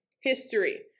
history